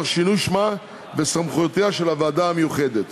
שינוי שמה וסמכויותיה של הוועדה המיוחדת.